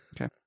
Okay